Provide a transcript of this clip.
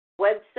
website